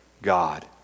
God